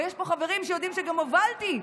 ויש פה חברים שיודעים שגם הובלתי,